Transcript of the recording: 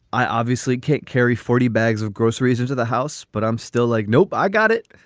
i obviously can't carry forty bags of groceries into the house, but i'm still like, nope, i got it.